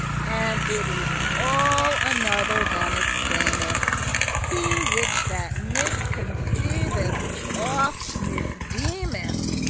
and it is all another than it seemeth he which that misconceiveth oft misdeemeth.